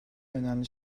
önemli